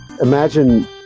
imagine